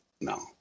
No